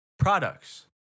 Products